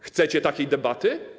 Chcecie takiej debaty?